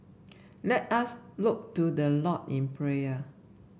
let us look to the Lord in prayer